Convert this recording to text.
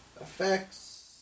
Effects